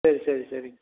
சரி சரி சரிங்க